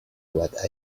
what